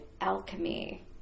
ALCHEMY